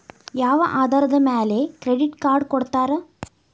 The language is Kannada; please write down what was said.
ಯಾವ ಆಧಾರದ ಮ್ಯಾಲೆ ಕ್ರೆಡಿಟ್ ಕಾರ್ಡ್ ಕೊಡ್ತಾರ?